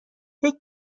فکر